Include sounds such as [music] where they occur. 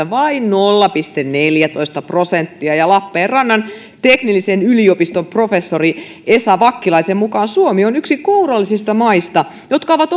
[unintelligible] vain nolla pilkku neljätoista prosenttia ja lappeenrannan teknillisen yliopiston professorin esa vakkilaisen mukaan suomi on yksi kourallisesta määrästä maita jotka ovat [unintelligible]